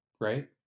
Right